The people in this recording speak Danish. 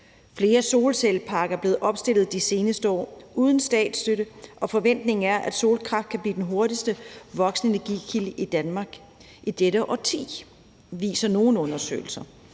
Flere solcelleparker er blevet opstillet de seneste år uden statsstøtte, og forventningen er, at solkraft kan blive den hurtigst voksende energikilde i Danmark i dette årti, viser nogle undersøgelser.